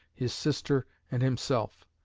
his sister, and himself.